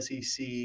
SEC